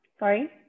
Sorry